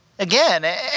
Again